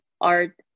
art